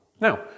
Now